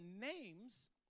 names